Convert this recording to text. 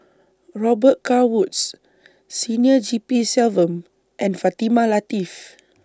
Robet Carr Woods Senior G P Selvam and Fatimah Lateef